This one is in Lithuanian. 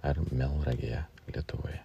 ar melnragėje lietuvoje